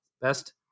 Best